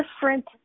different